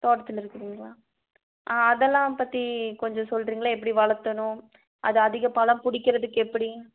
தோட்டத்தில் இருக்குதுங்ளா ஆ அதெல்லாம் பற்றி கொஞ்சம் சொல்கிறிங்ளா எப்படி வளர்த்தணும் அது அதிக பழம் பிடிக்குறதுக்கு எப்படி